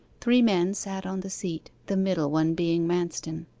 three men sat on the seat, the middle one being manston.